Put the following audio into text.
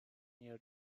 near